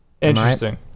Interesting